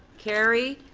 carried.